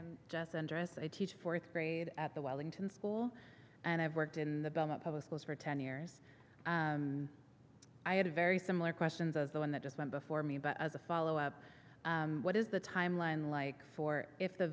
just andrus i teach fourth grade at the wellington school and i've worked in the belmont public schools for ten years and i had a very similar questions as the one that just went before me but as a follow up what is the timeline like for if the